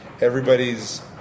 everybody's